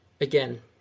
again